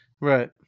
Right